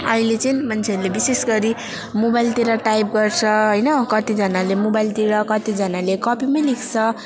अहिले चाहिँ मान्छेहरूले विशेष गरी मोबाइलतिर टाइप गर्छ होइन कतिजनाले मोबाइलतिर कतिजनाले कपीमै लेख्छ